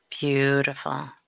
Beautiful